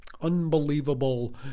Unbelievable